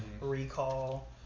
recall